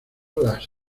las